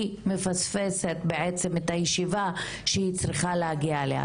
היא מפספסת בעצם את הישיבה שהיא צריכה להגיע אליה.